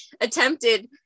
attempted